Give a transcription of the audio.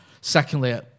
Secondly